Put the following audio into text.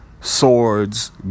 swords